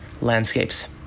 landscapes